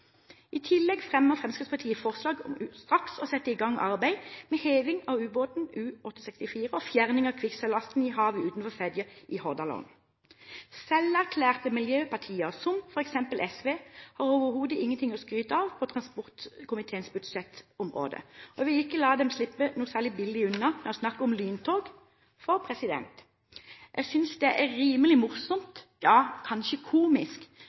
I tillegg fremmer Fremskrittspartiet forslag om straks å sette i gang arbeid med heving av ubåten U-864 og fjerning av kvikksølvlasten i havet utenfor Fedje i Hordaland. Selverklærte miljøpartier, som f.eks. SV, har overhodet ingenting å skryte av på transportkomiteens budsjettområde. Jeg vil ikke la dem slippe noe særlig billig unna med å snakke om lyntog, for jeg synes det er rimelig morsomt – ja, kanskje komisk